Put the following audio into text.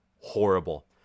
horrible